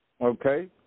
Okay